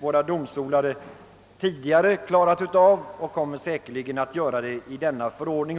Våra domstolar har tidigare lyckats tolka detta begrepp, och de kommer säkerligen att kunna göra det även i fortsättningen.